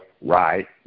right